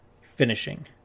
finishing